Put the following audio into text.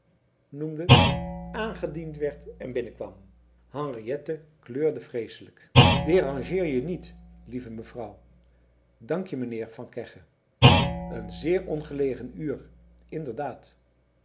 aangediend werd en binnenkwam henriette kleurde vreeselijk dérangeer je niet lieve mevrouw dankje mijnheer van kegge een zeer ongelegen uur inderdaad